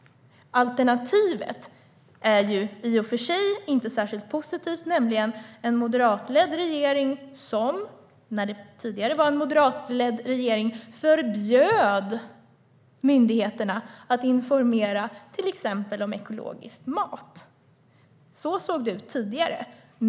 Alternativet är ju i och för sig inte särskilt positivt, nämligen en moderatledd regering. Den tidigare moderatledda regeringen förbjöd myndigheterna att informera till exempel om ekologisk mat. Så såg det ut tidigare.